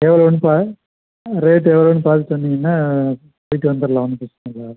எவ்வளோன்னு ப ரேட் எவ்வளோன்னு பார்த்து சொன்னீங்கன்னால் போய்விட்டு வந்துடலாம் ஒன்றும் பிரச்சின இல்லை